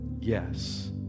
yes